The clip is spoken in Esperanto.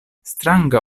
stranga